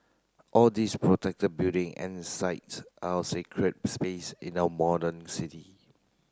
all these protected building and sites are our sacred space in our modern city